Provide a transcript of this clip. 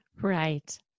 Right